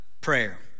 prayer